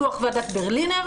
דוח ועדת ברלינר,